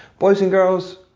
boys and girls,